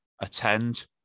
attend